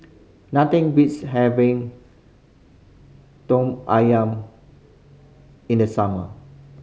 nothing beats having ayam in the summer